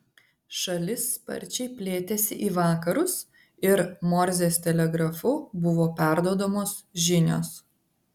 šalis sparčiai plėtėsi į vakarus ir morzės telegrafu buvo perduodamos žinios